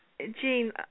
Jean